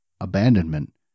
abandonment